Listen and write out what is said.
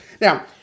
Now